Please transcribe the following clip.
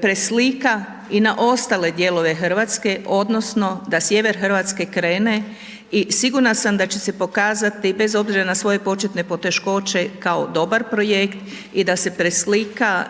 preslika i na ostale dijelove Hrvatske, odnosno da sjever Hrvatske krene i sigurna sam da će se pokazati, bez obzira na svoje početke poteškoće, kao dobar projekt i da se preslika